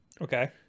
Okay